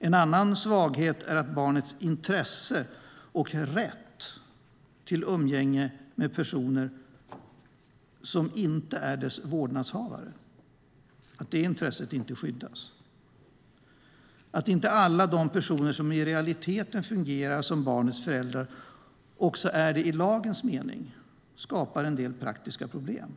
En annan svaghet är att barnets intresse av och rätt till umgänge med personer som inte är dess vårdnadshavare inte skyddas. Att inte alla de personer som i realiteten fungerar som barnets föräldrar också är det i lagens mening skapar en del praktiska problem.